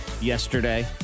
yesterday